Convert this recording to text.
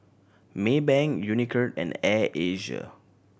Maybank Unicurd and Air Asia